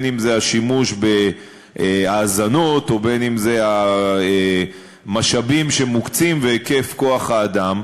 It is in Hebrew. אם השימוש בהאזנות ואם המשאבים שמוקצים והיקף כוח האדם.